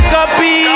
Copy